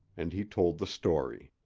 and he told the story.